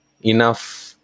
enough